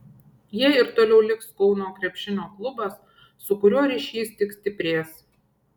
ja ir toliau liks kauno krepšinio klubas su kuriuo ryšys tik stiprės